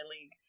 League